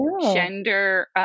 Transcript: gender